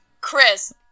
Chris